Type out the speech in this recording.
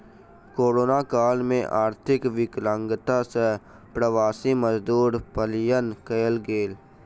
corona काल में आर्थिक विकलांगता सॅ प्रवासी मजदूर पलायन कय गेल